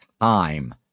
time